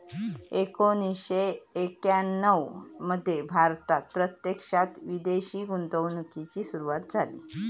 एकोणीसशे एक्याण्णव मध्ये भारतात प्रत्यक्षात विदेशी गुंतवणूकीची सुरूवात झाली